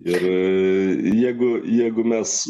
ir jeigu jeigu mes